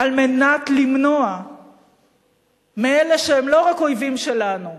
על מנת למנוע מאלה שהם לא רק אויבים שלנו,